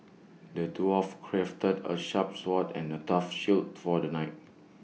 the dwarf crafted A sharp sword and A tough shield for the knight